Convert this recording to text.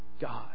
God